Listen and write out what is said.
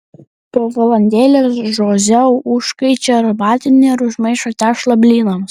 po valandėlės žoze užkaičia arbatinį ir užmaišo tešlą blynams